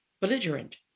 belligerent